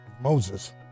Moses